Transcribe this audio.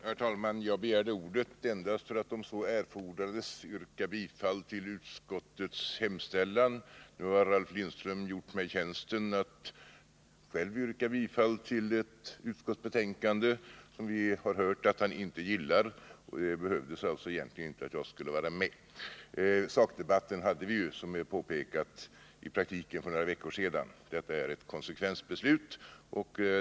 Herr talman! Jag begärde ordet endast för att om så erfordrades yrka bifall till utskottets hemställan. Nu har Ralf Lindström gjort mig tjänsten att själv yrka bifall till ett utskottsförslag som vi har hört att han inte gillar. Därför skulle jag egentligen inte behöva vara med. Sakdebatten hade vi ju, som sagt, i själva verket för några veckor sedan. Detta är ett konsekvensbeslut.